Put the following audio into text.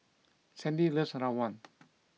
Sandy loves rawon